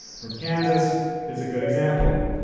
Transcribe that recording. from kansas, is a good example.